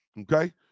okay